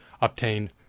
obtain